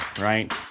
right